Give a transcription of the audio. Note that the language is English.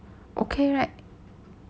okay right